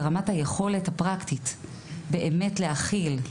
אבל ברמת היכולת הפרקטית מאוד קשה להכיל,